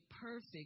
perfect